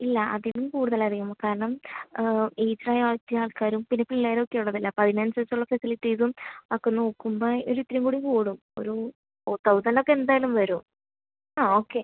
ഇല്ല അതിനും കൂടുതലായിരിക്കും കാരണം ഏജ് പ്രയോറിറ്റി ആൾക്കാരും പിന്നെ പിള്ളേർ ഒക്കെ ഉള്ളത് അല്ലേ അപ്പം അതിന് അനുസരിച്ചുള്ള ഫെസിലിറ്റീസും ഒക്കെ നോക്കുമ്പോൾ ഒരു ഇത്തിരിയും കൂടി കൂടും ഒരു ഫോർ തൗസൻഡ് ഒക്കെ എന്തായാലും വരും ആ ഓക്കെ